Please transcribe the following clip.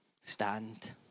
stand